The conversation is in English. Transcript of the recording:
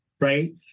right